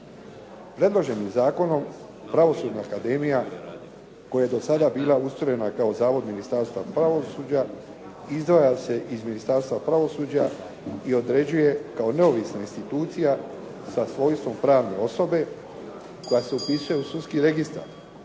Predloženim zakonom Pravosudna akademija koja je do sada bila ustrojena kao zavod Ministarstva pravosuđa izdvaja se iz Ministarstva pravosuđa i određuje kao neovisna institucija sa svojstvom pravne osobe koja se upisuje u sudski registar